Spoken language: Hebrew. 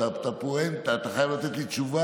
את הפואנטה, אתה חייב לתת לי תשובה.